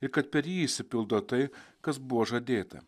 ir kad per jį išsipildo tai kas buvo žadėta